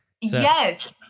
Yes